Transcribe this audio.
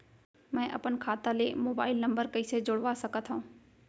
मैं अपन खाता ले मोबाइल नम्बर कइसे जोड़वा सकत हव?